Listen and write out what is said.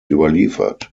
überliefert